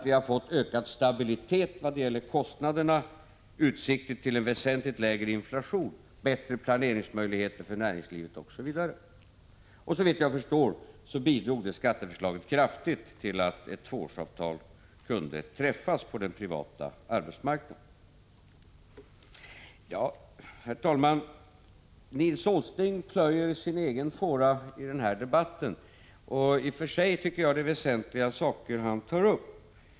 Vi har fått ökad stabilitet när det gäller kostnaderna, utsikter till en väsentligt lägre inflation, bättre planeringsmöjligheter för näringslivet, osv. Såvitt jag förstår bidrog vårt skatteförslag kraftigt till att ett tvåårsavtal kunde träffas på den privata arbetsmarknaden. Herr talman! Nils G. Åsling plöjer sin egen fåra i den här debatten. I och för sig tycker jag att det är väsentliga saker han tar upp.